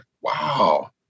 wow